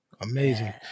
Amazing